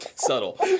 subtle